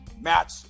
match